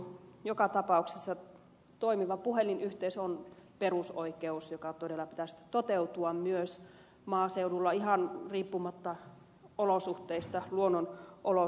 joka tapauksessa toimiva puhelinyhteys on perusoikeus jonka todella pitäisi toteutua myös maaseudulla ihan riippumatta luonnonolosuhteista